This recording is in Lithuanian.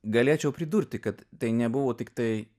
galėčiau pridurti kad tai nebuvo tiktai